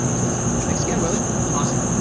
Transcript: so, thanks again, willie. awesome,